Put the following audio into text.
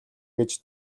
гэж